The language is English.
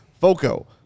Foco